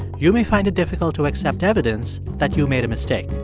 you may find it difficult to accept evidence that you made a mistake